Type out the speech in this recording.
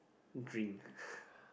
drink